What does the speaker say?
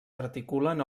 articulen